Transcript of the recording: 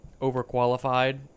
overqualified